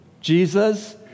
Jesus